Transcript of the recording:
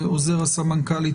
עוזר הסמנכ"לית,